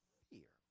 fear